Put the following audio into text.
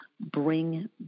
bring